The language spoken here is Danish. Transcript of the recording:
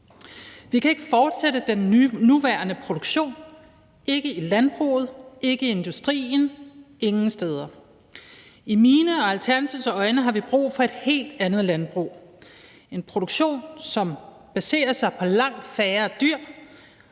Vi kan ikke fortsætte den nuværende produktion, hverken i landbruget eller i industrien – ingen steder. I mine og Alternativets øjne har vi brug for et helt andet landbrug – en produktion, som baserer sig på langt færre dyr